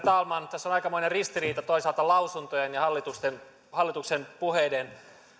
talman tässä on aikamoinen ristiriita toisaalta lausuntojen ja hallituksen hallituksen puheiden